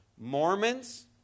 Mormons